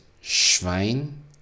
Schwein